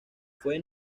fue